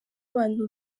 abantu